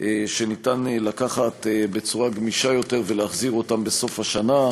שניתן לקחת בצורה גמישה יותר ולהחזיר אותם בסוף השנה,